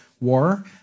war